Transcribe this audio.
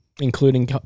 Including